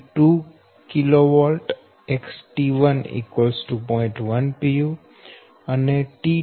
2132 kV XT1 0